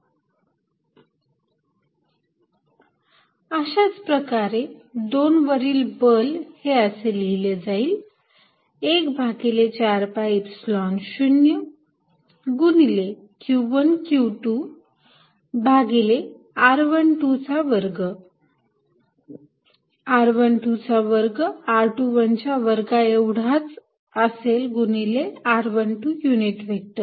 F1140q1q2r122r12 अशाच प्रकारे २ वरील बल हे असे लिहिले जाईल ०१ भागिले ४ पाय एपसिलोन ० गुणिले q१ q२ भागिले r१२ चा वर्ग r१२ चा वर्ग हा r२१ च्या वर्गा एवढाच असेल गुणिले r१२ युनिट व्हेक्टर